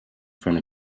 front